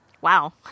Wow